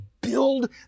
build